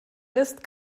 ist